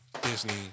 Disney